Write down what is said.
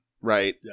right